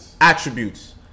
attributes